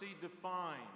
defined